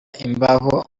imbaho